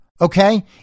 Okay